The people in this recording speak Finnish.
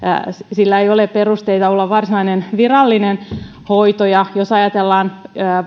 ei ole perusteita olla varsinainen virallinen hoito ja jos ajatellaan